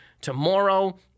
tomorrow